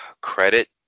credit